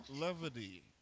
levity